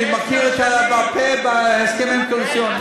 מכיר בעל-פה את ההסכמים הקואליציוניים.